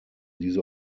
diese